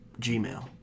gmail